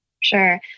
Sure